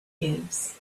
cubes